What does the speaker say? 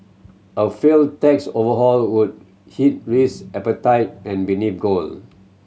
a failed tax overhaul would hit risk appetite and benefit gold